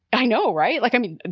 i know. right. like, i mean,